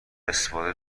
استفاده